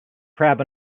crab